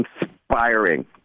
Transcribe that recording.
inspiring